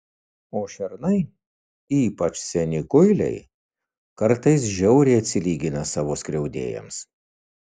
o šernai ypač seni kuiliai kartais žiauriai atsilygina savo skriaudėjams